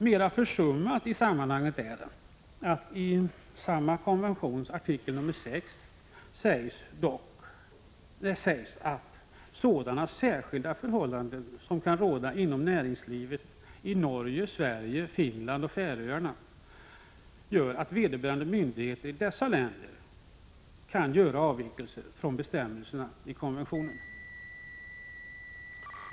Mera försummat i sammanhanget är att det i samma konventions 6 artikel sägs att sådana särskilda förhållanden som kan råda inom näringslivet i Norge, Sverige, Finland och på Färöarna gör att vederbörande myndigheter i dessa länder kan göra avvikelser från bestämmelserna i konventionen.